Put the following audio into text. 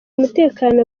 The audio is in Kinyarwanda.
umutekano